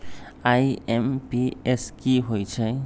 IMPS की होईछइ?